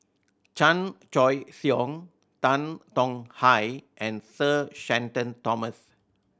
Chan Choy Siong Tan Tong Hye and Sir Shenton Thomas